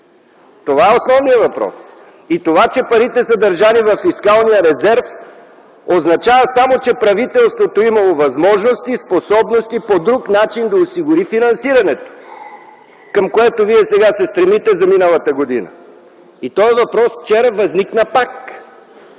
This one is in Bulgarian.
Това е основният въпрос. Това, че парите са държани във фискалния резерв, означава само че правителството е имало възможности, способности да осигури финансирането по друг начин, към което вие сега се стремите - за миналата година. Този въпрос вчера възникна пак.